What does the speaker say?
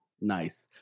Nice